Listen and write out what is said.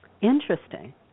Interesting